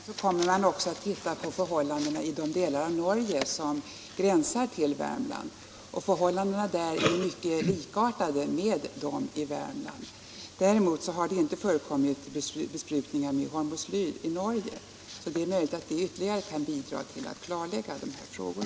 Herr talman! Som jag nämnde kommer man också att titta på förhållandena i de områden av Norge som gränsar till Värmland. Förhållandena där liknar i mycket förhållandena i Värmland. Däremot har det inte förekommit besprutningar med hormoslyr i Norge. Det är möjligt att detta ytterligare kan bidra till att klarlägga dessa frågor.